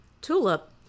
Tulip